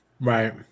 Right